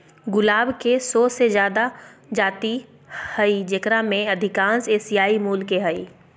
गुलाब के सो से जादा जाति हइ जेकरा में अधिकांश एशियाई मूल के हइ